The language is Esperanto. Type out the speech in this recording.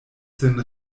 sin